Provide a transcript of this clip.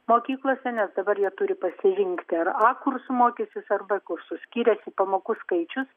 mokyklose nes dabar jie turi pasirinkti ar a kursu mokysis ar b kursu skiriasi pamokų skaičius